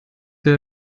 der